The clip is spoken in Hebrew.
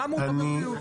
שמו בבריאות.